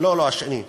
לא לא, השני.